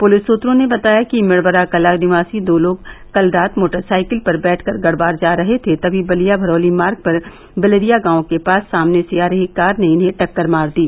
police सूत्रों ने बताया कि मेड़वराकला निवासी दो लोग कल रात मोटरसाइकिल पर बैठकर गड़वार जा रहे थे तभी बलिया भरौली मार्ग पर बिलरिया गांव के पास सामने से आ रही कार ने इन्हें टक्कर मार दी